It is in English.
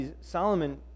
Solomon